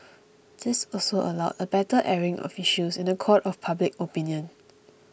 this also allowed a better airing of issues in the court of public opinion